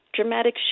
dramatic